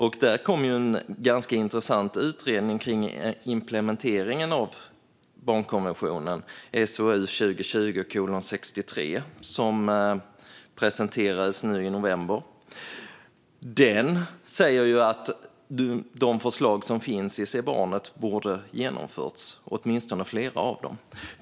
Det har kommit en ganska intressant utredning om implementeringen av barnkonventionen, SOU 2020:63, som presenterades nu i november. Den säger att de förslag som finns i Se barnet! borde ha genomförts, åtminstone flera av dem.